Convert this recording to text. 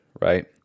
right